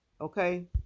Okay